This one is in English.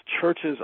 churches